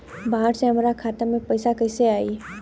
बाहर से हमरा खाता में पैसा कैसे आई?